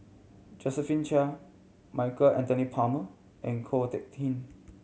Josephine Chia Michael Anthony Palmer and Ko Teck Kin